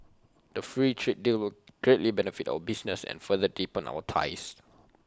the free trade deal will greatly benefit our businesses and further deepen our ties